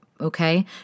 Okay